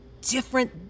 different